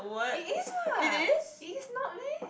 it is what it is not meh